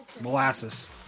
molasses